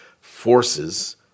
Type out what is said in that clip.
forces